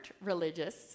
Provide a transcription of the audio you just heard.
religious